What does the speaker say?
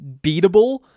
beatable